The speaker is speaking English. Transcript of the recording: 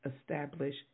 establish